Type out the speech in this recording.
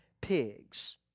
pigs